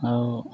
ଆଉ